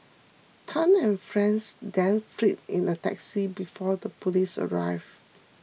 Tan and friends then fled in a taxi before the police arrive